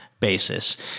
basis